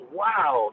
wow